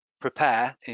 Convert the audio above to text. prepare